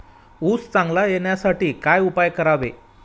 ऊस चांगला येण्यासाठी काय उपाय करावे?